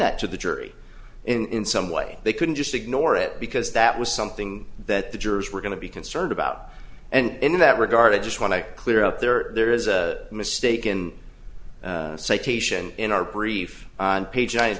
that to the jury in some way they couldn't just ignore it because that was something that the jurors were going to be concerned about and in that regard i just want to clear out there there is a mistaken citation in our brief on pa